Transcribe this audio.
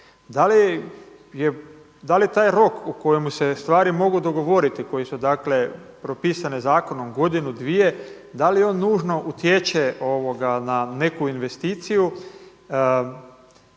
Da li taj rok u kojemu se stvari mogu dogovoriti koje su dakle propisane zakonom godinu, dvije, da li on nužno utječe na neku investiciju?